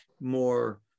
more